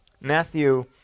Matthew